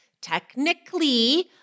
Technically